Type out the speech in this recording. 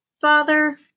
father